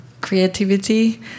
creativity